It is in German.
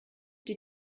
die